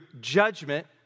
judgment